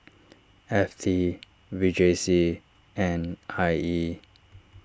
F T V J C and I E